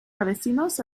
palestinos